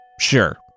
Sure